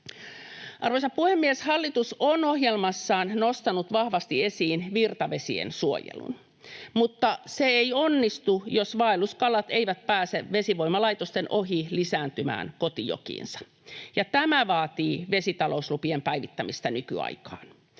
Arvoisa puhemies! Hallitus on ohjelmassaan nostanut vahvasti esiin virtavesien suojelun, mutta se ei onnistu, jos vaelluskalat eivät pääse vesivoimalaitosten ohi lisääntymään kotijokiinsa, ja tämä vaatii vesitalouslupien päivittämistä nykyaikaan.